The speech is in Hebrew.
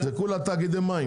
כולה תאגידי מים.